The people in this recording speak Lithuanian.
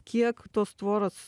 kiek tos tvoros